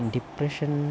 Depression